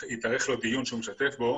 התארך לו דיון שהוא משתתף בו